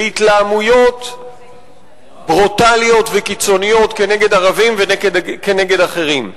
בהתלהמויות ברוטליות וקיצוניות כנגד ערבים וכנגד אחרים.